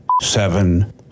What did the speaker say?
seven